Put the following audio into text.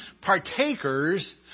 partakers